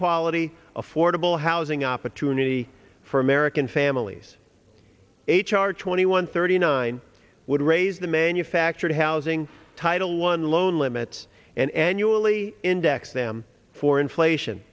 quality affordable housing opportunity for american families h r twenty one thirty nine would raise the manufactured housing title one loan limits and annually index them for inflation